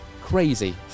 Crazy